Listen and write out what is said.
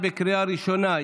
לקריאה ראשונה.